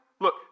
Look